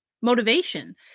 motivation